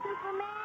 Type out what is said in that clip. Superman